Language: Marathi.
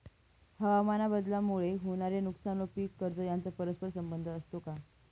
हवामानबदलामुळे होणारे नुकसान व पीक कर्ज यांचा परस्पर संबंध असतो का?